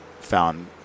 found